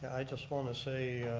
i just want to say